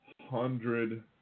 hundred